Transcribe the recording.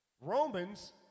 Romans